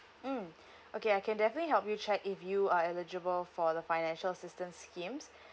mm okay I can definitely help you check if you are eligible for the financial assistance schemes